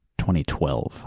2012